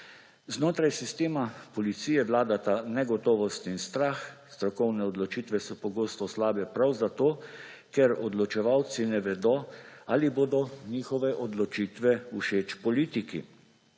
Znotraj sistema policije vladata negotovost in strah. Strokovne odločitve so pogosto slabe prav zato, ker odločevalci ne vedo, ali bodo njihove odločitve všeč politiki.